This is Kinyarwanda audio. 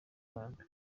rwanda